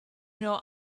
know